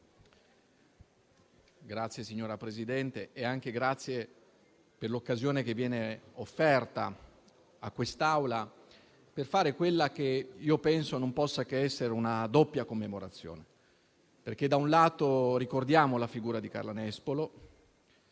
Signor Presidente, ringrazio per l'occasione che viene offerta all'Assemblea per fare quella che io penso non possa che essere una doppia commemorazione. Da un lato, infatti, ricordiamo la figura di Carla Nespolo